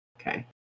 Okay